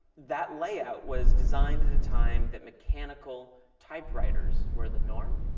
that layout was designed at a time that mechanical typewriters were the norm.